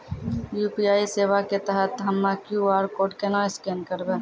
UPI सेवा के तहत हम्मय क्यू.आर कोड केना स्कैन करबै?